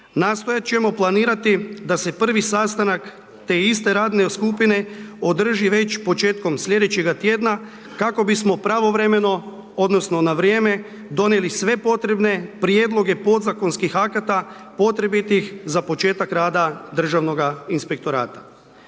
Nastojati ćemo planirati da se prvi sastanak te iste radne skupine održi već početkom sljedećega tjedna kako bismo pravovremeno odnosno na vrijeme donijeli sve potrebne prijedloge podzakonskih akata potrebitih za početak rada Državnoga inspektorata.